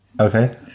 okay